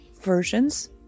versions